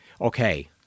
okay